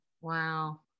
wow